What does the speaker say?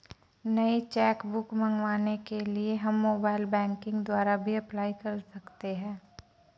नई cheque book मंगवाने के लिए हम मोबाइल बैंकिंग द्वारा भी अप्लाई कर सकते है